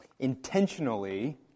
intentionally